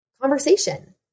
conversation